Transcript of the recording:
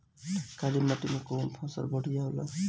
काली माटी मै कवन फसल बढ़िया होला?